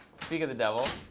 speak of the devil.